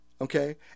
okay